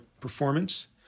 performance